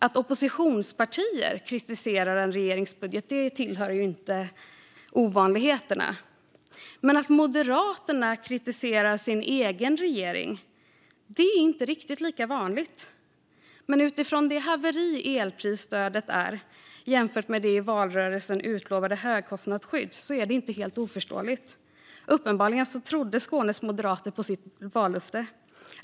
Att oppositionspartier kritiserar en regerings budget tillhör inte ovanligheterna, men att Moderaterna kritiserar sin egen regering är inte riktigt lika vanligt. Men utifrån det haveri elprisstödet är jämfört med det i valrörelsen utlovade högkostnadsskyddet är det inte helt oförståeligt. Uppenbarligen trodde Skånes moderater på sitt vallöfte.